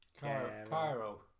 Cairo